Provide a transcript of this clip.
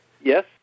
Yes